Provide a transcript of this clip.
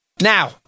Now